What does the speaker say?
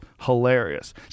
hilarious